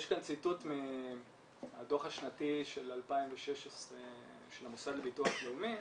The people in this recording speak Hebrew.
יש כאן ציטוט מהדוח השנתי של 2016 של המוסד לביטוח לאומי.